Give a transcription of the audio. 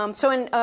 um so in,